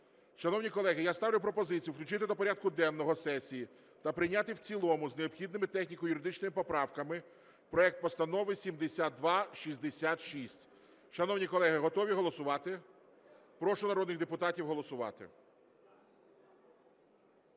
Шановні колеги, я ставлю пропозицію включити до порядку денного сесії та прийняти в цілому з необхідними техніко-юридичними поправками проект Постанови 7266. Шановні колеги, готові голосувати? Прошу народних депутатів голосувати.